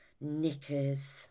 knickers